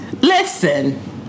Listen